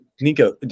Nico